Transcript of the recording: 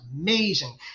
amazing